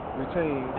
retain